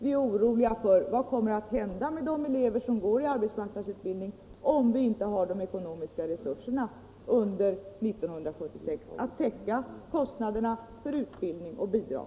Vi är oroliga Onsdagen den för vad som kommer att hända med de elever som deltar i arbetsmark 21 maj 1975 nadsutbildning om vi inte har ekonomiska resurser under 1976 för att täcka kostnaderna för utbildning och bidrag.